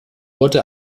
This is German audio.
wurde